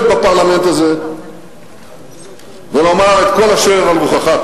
בפרלמנט הזה ולומר את כל אשר על רוחך.